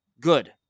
good